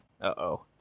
Uh-oh